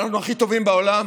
ואנחנו הכי טובים בעולם.